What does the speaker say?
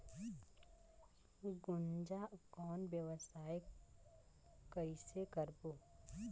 गुनजा कौन व्यवसाय कइसे करबो?